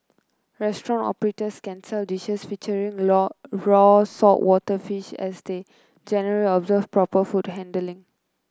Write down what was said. restaurant operators can sell dishes featuring raw raw saltwater fish as they generally observe proper food handling